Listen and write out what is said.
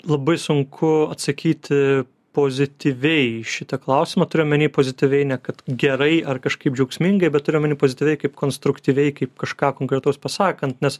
labai sunku atsakyti pozityviai į šitą klausimą turiu omeny pozityviai ne kad gerai ar kažkaip džiaugsmingai bet turiu omeny pozityviai kaip konstruktyviai kaip kažką konkretaus pasakant nes